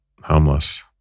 homeless